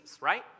right